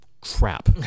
crap